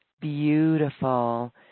Beautiful